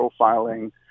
profiling